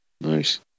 Nice